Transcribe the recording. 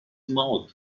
mouth